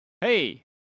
Hey